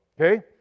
Okay